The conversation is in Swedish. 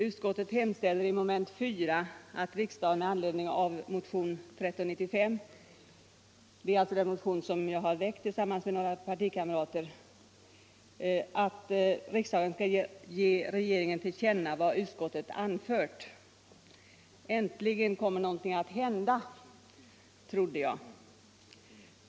Utskottet hemställer i mom. 4 ”att riksdagen —-—-- med anledning av motionen 1975/76:1395” — det är en motion som jag tillsammans med några partikamrater har väckt - ”som sin mening ger regeringen till känna vad utskottet anfört”. Äntligen kommer någonting att hända, trodde jag.